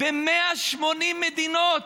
ב-180 מדינות.